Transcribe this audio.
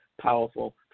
powerful